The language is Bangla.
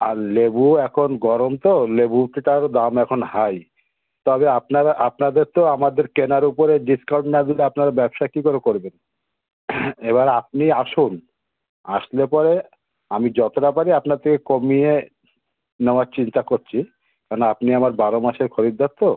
আর লেবু এখন গরম তো লেবু কি টার দাম এখন হাই তবে আপনারা আপনাদের তো আমাদের কেনার ওপরে ডিসকাউন্ট না দিলে আপনারা ব্যবসা কী করে করবেন এবার আপনি আসুন আসলে পরে আমি যতোটা পারি আপনার থেকে কমিয়ে নেওয়ার চিন্তা করছি কেন আপনি আমার বারো মাসের খরিদ্দার তো